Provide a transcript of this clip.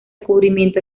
descubrimiento